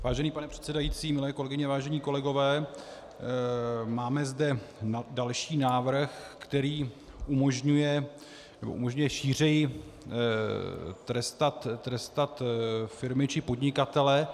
Vážený pane předsedající, milé kolegyně, vážení kolegové, máme zde další návrh, který umožňuje šířeji trestat firmy či podnikatele.